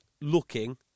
looking